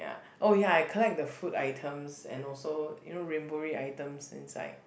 ya oh ya I collect the food items and also you know rainbowry items inside